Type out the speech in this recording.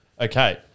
Okay